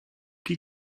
que